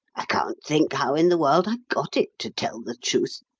i can't think how in the world i got it, to tell the truth.